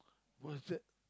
what's that